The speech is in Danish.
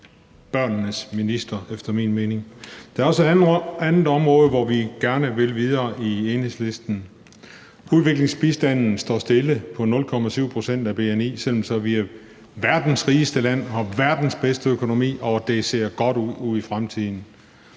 børnenes minister efter min mening. Der er også et andet område, hvor vi gerne vil videre i Enhedslisten. Udviklingsbistanden står stille på 0,7 pct. af bni, selv om vi er verdens rigeste land og verdens bedste økonomi og det ser godt ud i fremtiden.